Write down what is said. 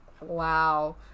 wow